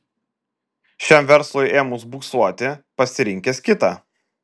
šiam verslui ėmus buksuoti pasirinkęs kitą